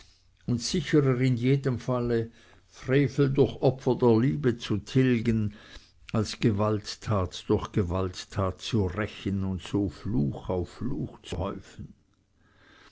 und sicherer in jedem falle frevel durch opfer der liebe zu tilgen als gewalttat durch gewalttat zu rächen und so fluch auf